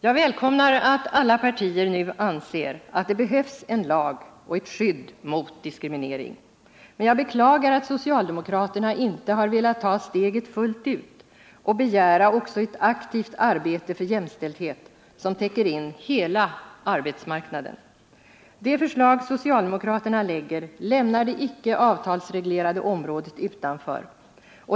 Jag välkomnar att alla partier nu anser att det behövs en lag och ett skydd mot diskriminering, men jag beklagar att socialdemokraterna inte har velat ta steget fullt ut och begära också ett aktivt arbete för jämställdhet som täcker in hela arbetsmarknaden. Det förslag socialdemokraterna lägger fram lämnar det icke avtalsreglerade området utanför.